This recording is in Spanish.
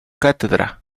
cátedra